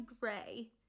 gray